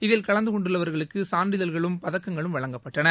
இதில் கலந்துகொண்டவர்களுக்குசான்றிதழ்களும் பதக்கங்களும் வழங்கப்பட்டன